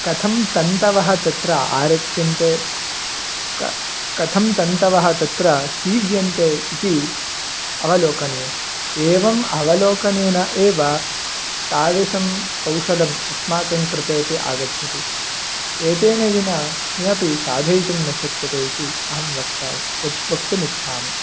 कथं तन्तवः तत्र आरच्यन्ते क कथं तन्तवः तत्र सीव्यन्ते इति अवलोकनीयम् एवम् अवलोकनेन एव तादृशं कौशलम् अस्माकं कृतेपि आगच्छति एतेन विना किमपि साधयितुं न शक्यते इति अहं वक्तव्यं वक्तुं वक्तुमिच्छामि